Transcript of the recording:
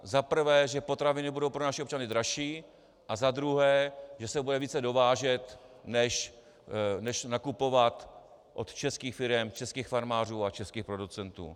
Za prvé, že potraviny budou pro naše občany dražší, a za druhé, že se bude více dovážet než nakupovat od českých firem, českých farmářů a českých producentů.